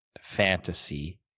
fantasy